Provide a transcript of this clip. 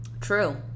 True